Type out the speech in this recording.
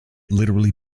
literally